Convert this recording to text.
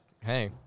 hey